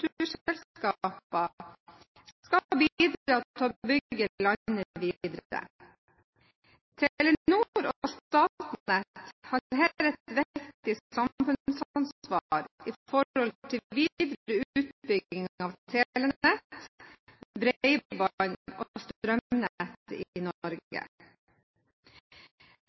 til å bygge landet videre. Telenor og Statnett har her et viktig samfunnsansvar i forhold til videre utbygging av telenett, bredbånd og strømnettet i Norge. Gode kommunikasjoner er viktig for verdiskaping og bosetting i